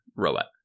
robot